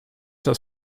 das